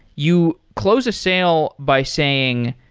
you close a sale by saying,